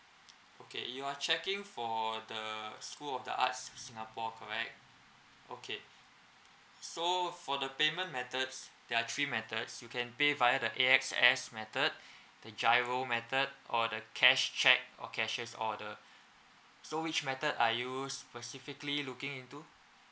okay you are checking for the school of the arts singapore correct okay so for the payment methods there are three methods you can pay via the A_X_S method the giro method or the cash cheque or cashiers order so which method are you specifically looking into